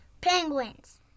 Penguins